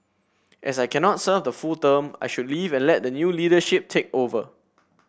as I cannot serve the full term I should leave and let the new leadership take over